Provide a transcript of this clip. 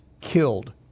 killed